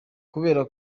kubera